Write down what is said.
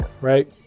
right